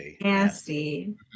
nasty